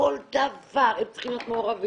בכל דבר הם צריכים להיות מעורבים,